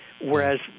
Whereas